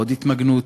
ועוד התמגנות,